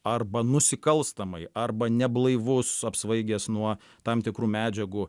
arba nusikalstamai arba neblaivus apsvaigęs nuo tam tikrų medžiagų